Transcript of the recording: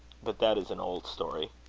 but that is an old story.